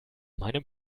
meinem